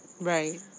Right